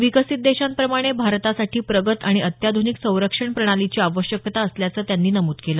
विकसित देशांप्रमाणे भारतासाठी प्रगत आणि अत्याध्रनिक संरक्षण प्रणालीची आवश्यकता असल्याचं त्यांनी नमूद केलं